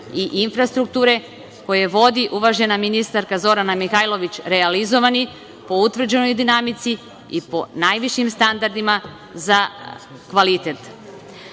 i infrastrukture koje vodi uvažena ministarka Zorana Mihajlović realizovani po utvrđenoj dinamici i po najvišim standardima za kvalitet.U